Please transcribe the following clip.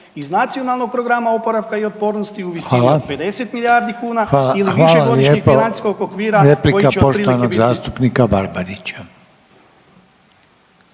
Hvala lijepa. Hvala lijepa,